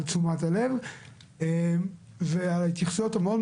על תשומת הלב ועל ההתייחסויות המאוד